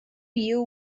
you